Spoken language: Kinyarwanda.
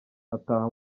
ataha